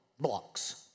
blocks